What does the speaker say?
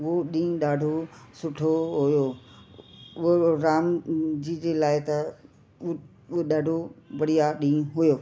उहो ॾींहुं ॾाढो सुठो हुयो उहो राम जी जे लाइ त उहो ॾाढो बढ़िया ॾींहुं हुयो